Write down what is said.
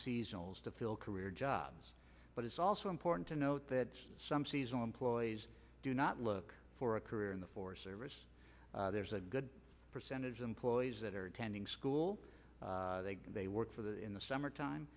seasonals to fill career jobs but it's also important to note that some seasonal employees do not look for a career in the forest service there's a good percentage employees that are attending school they work for the in the summer time